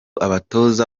abatoza